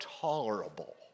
tolerable